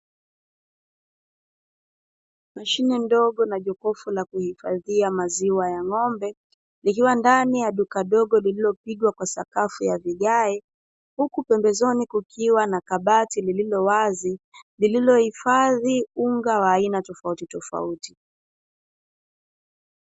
Mashine ndogo na jokofu la kuhifadhia maziwa ya ng'ombe, likiwa ndani ya duka dogo lililopangwa kwa sakafu ya vigae, huku pembezoni kukiwa na kabati lililowazi, lililohifadhi unga wa aina tofautitofauti.